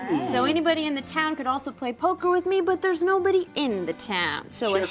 so anybody in the town could also play poker with me but there's nobody in the town, so